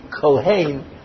Kohen